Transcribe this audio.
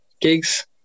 gigs